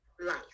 life